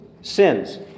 sins